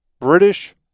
British